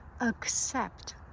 Accept